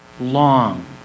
Long